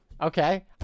Okay